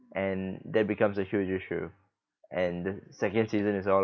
and that becomes a huge issue and the second season is all